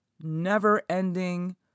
never-ending